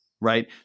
right